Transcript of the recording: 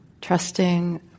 Trusting